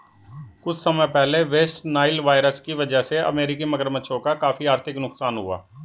कुछ समय पहले वेस्ट नाइल वायरस की वजह से अमेरिकी मगरमच्छों का काफी आर्थिक नुकसान हुआ